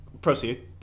Proceed